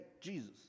Jesus